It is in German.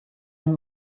ein